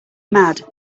mad